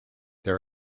there